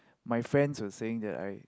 my friends were saying that I